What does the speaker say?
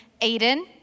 Aiden